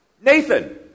Nathan